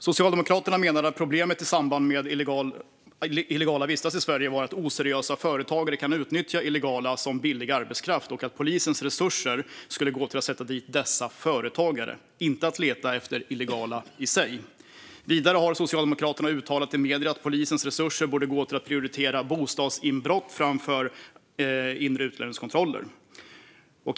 Socialdemokraterna menade att problemet i samband med att illegala vistas i Sverige är att oseriösa företagare kan utnyttja illegala som billig arbetskraft och att polisens resurser skulle gå till att sätta dit dessa företagare, inte att leta efter illegala i sig. Vidare har Socialdemokraterna uttalat i medierna att polisens resurser borde gå till att prioritera bostadsinbrott framför inre utlänningskontroller.